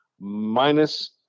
minus